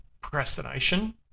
procrastination